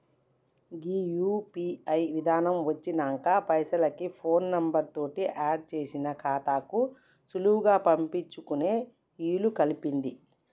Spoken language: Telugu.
గీ యూ.పీ.ఐ విధానం వచ్చినంక పైసలకి ఫోన్ నెంబర్ తోటి ఆడ్ చేసిన ఖాతాలకు సులువుగా పంపించుకునే ఇలుకల్పింది